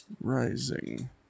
Rising